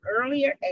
earlier